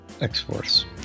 X-Force